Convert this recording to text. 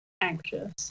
anxious